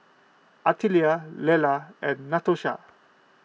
Artelia Lella and Natosha